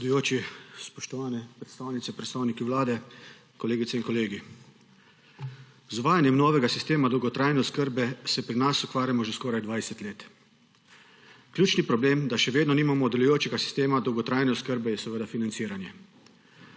predsedujoči. Spoštovani predstavnice, predstavniki Vlade, kolegice in kolegi! Z uvajanjem novega sistema dolgotrajne oskrbe se pri nas ukvarjamo že skoraj 20 let. Ključni problem, da še vedno nimamo delujočega sistema dolgotrajne oskrbe, je seveda financiranje.